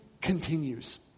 continues